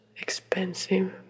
expensive